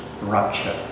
rupture